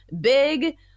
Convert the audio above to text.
big